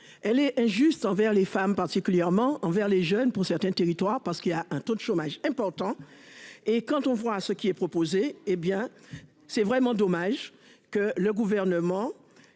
Elle est injuste envers les femmes particulièrement envers les jeunes pour certains territoires parce qu'il y a un taux de chômage important et quand on voit ce qui est proposé, hé bien c'est vraiment dommage que le gouvernement.